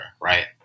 Right